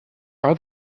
are